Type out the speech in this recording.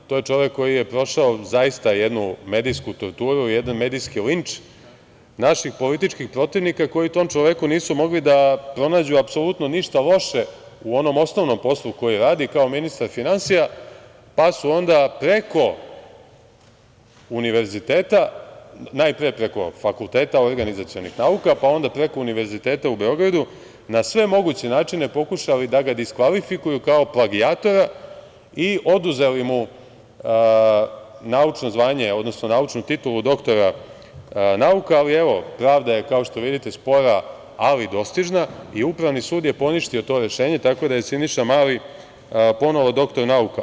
To je čovek koji je prošao zaista jednu medijsku torturu, jedan medijski linč naših političkih protivnika koji tom čoveku nisu mogli da pronađu apsolutno ništa loše u onom osnovnom poslu koji radi kao ministar finansija pa su onda preko univerziteta, najpre preko FON-a, pa onda preko Univerziteta u Beogradu na sve moguće načine pokušali da ga diskvalifikuju kao plagijatora i oduzeli mu naučno zvanje, odnosno naučnu titulu doktora nauka, ali evo, pravda je, kao što vidite, spora ali dostižna i Upravni sud je poništio to rešenje tako da je Siniša Mali ponovo doktor nauka.